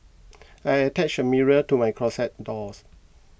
I attached a mirror to my closet doors